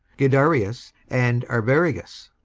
guiderius, and arviragus